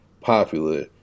popular